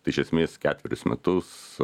tai iš esmės ketverius metus